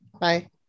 Bye